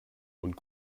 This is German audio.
und